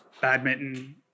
badminton